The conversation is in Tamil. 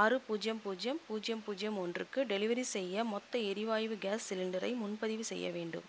ஆறு பூஜ்யம் பூஜ்யம் பூஜ்யம் பூஜ்யம் ஒன்றுக்கு டெலிவரி செய்ய மொத்த எரிவாய்வு கேஸ் சிலிண்டரை முன்பதிவு செய்ய வேண்டும்